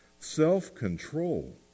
self-control